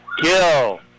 Kill